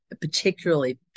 particularly